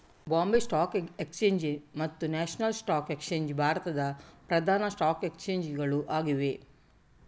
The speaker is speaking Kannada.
ಬಾಂಬೆ ಸ್ಟಾಕ್ ಎಕ್ಸ್ಚೇಂಜ್ ಮತ್ತು ನ್ಯಾಷನಲ್ ಸ್ಟಾಕ್ ಎಕ್ಸ್ಚೇಂಜ್ ಭಾರತದ ಪ್ರಧಾನ ಸ್ಟಾಕ್ ಎಕ್ಸ್ಚೇಂಜ್ ಗಳು ಆಗಿವೆ